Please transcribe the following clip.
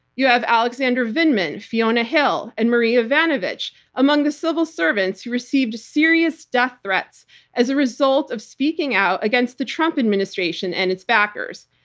you have alexander vindman, fiona hill and marie yovanovitch, among the civil servants who received a serious death threats as a result of speaking out against the trump administration and its backers.